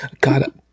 god